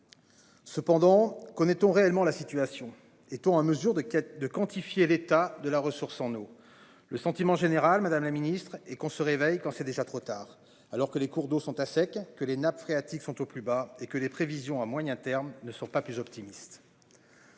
Cependant qu'on ton réellement la situation et à mesure de quête de quantifier l'état de la ressource en eau. Le sentiment général Madame la Ministre et qu'on se réveille quand c'est déjà trop tard alors que les cours d'eau sont à sec que les nappes phréatiques sont au plus bas et que les prévisions à moyen terme ne sont pas plus optimistes.